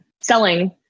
selling